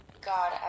God